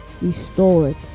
restored